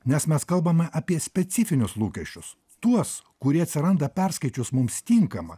nes mes kalbame apie specifinius lūkesčius tuos kurie atsiranda perskaičius mums tinkamą